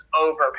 over